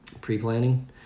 pre-planning